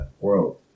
world